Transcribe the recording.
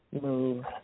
move